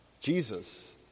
Jesus